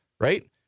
right